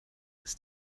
ist